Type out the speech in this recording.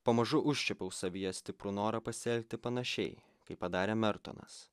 pamažu užčiuopiau savyje stiprų norą pasielgti panašiai kaip padarė mertonas